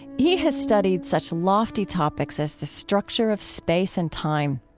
he has studied such lofty topics as the structure of space and time.